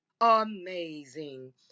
amazing